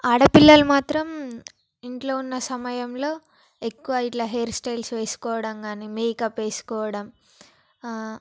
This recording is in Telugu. ఆడపిల్లలు మాత్రం ఇంట్లో ఉన్న సమయంలో ఎక్కువ ఇట్లా హైర్ స్టైల్స్ వేసుకోవడం కాని మేకప్ వేసుకోవడం ఆ